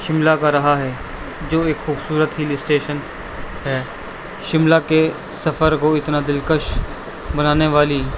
شملہ کا رہا ہے جو ایک خوبصورت ہل اسٹیشن ہے شملہ کے سفر کو اتنا دلکش بنانے والی